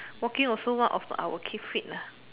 walking also one of the our keep fit lah